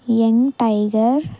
young tiger